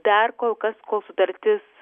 dar kol kas kol sutartis